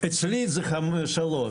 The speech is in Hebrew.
אצלי יש שלושה.